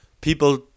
people